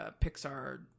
Pixar